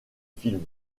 films